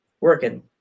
working